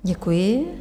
Děkuji.